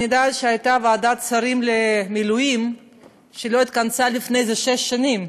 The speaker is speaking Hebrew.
אני יודעת שהייתה ועדת שרים למילואים שלא התכנסה לפני זה שש שנים,